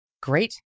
Great